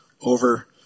over